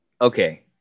okay